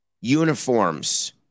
Uniforms